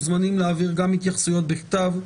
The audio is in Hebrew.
אתם מוזמנים להעביר גם התייחסויות בכתב.